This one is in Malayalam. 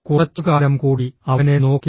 കുറച്ചുകാലം കൂടി അവനെ നോക്കി